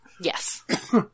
Yes